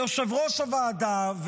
יושב-ראש הוועדה,